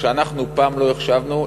שאנחנו פעם לא החשבנו,